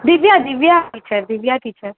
Divya Divya teacher Divya teacher